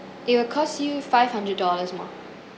it will cost you five hundred dollars more